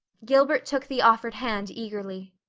gilbert took the offered hand eagerly.